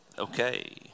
Okay